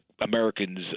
Americans